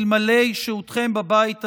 אלמלא שהותכם בבית הזה,